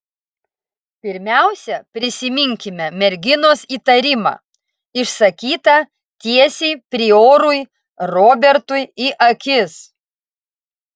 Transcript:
pirmiausia prisiminkime merginos įtarimą išsakytą tiesiai priorui robertui į akis